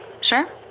Sure